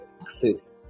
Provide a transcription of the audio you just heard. access